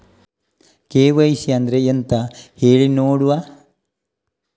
KYC ಅಂದ್ರೆ ಎಂತ ಹೇಳಿ ನೋಡುವ?